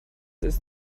ist